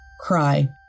cry